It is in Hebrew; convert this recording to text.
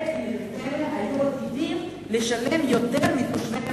הפריפריה היו עתידים לשלם יותר מתושבי המרכז.